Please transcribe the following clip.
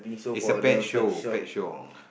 it's a pet show pet show